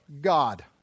God